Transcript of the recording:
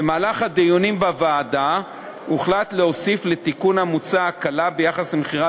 במהלך הדיונים בוועדה הוחלט להוסיף לתיקון המוצע הקלה ביחס למכירת